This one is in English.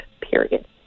period